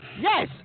Yes